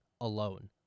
alone